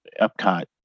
Epcot